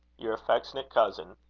your affectionate cousin,